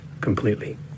completely